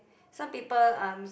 some people um